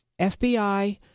FBI